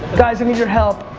guys i need your help,